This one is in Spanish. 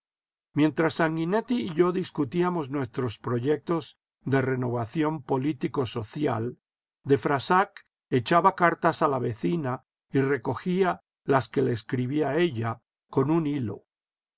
mientras sanguinetti y yo discutíamos nuestros proyectos de renovación políticosocial de frassac echaba cartas a la vecina y recogía las que le escribía ella con un hilo